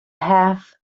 half